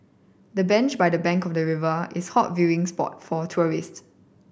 the bench by the bank of the river is hot viewing spot for tourists